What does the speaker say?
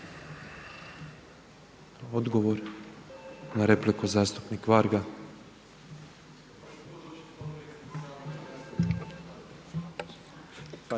Odgovor na repliku zastupnik Varga.